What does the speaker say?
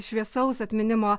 šviesaus atminimo